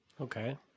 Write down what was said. Okay